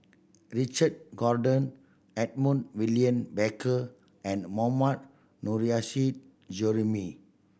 Richard Corridon Edmund William Barker and Mohammad Nurrasyid Juraimi